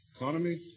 economy